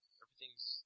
everything's